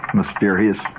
mysterious